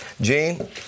Gene